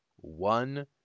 one